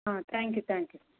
ಹಾಂ thank you thank you